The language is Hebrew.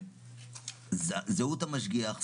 זהות המשגיח,